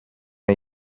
are